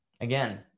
Again